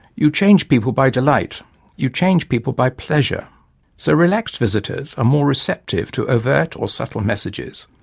you change people by delight you change people by pleasure so relaxed visitors are more receptive to overt or subtle messages.